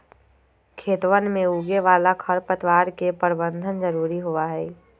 खेतवन में उगे वाला खरपतवार के प्रबंधन जरूरी होबा हई